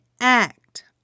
act